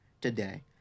today